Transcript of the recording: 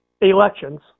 Elections